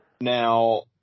Now